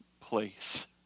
place